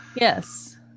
Yes